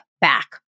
back